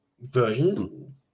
version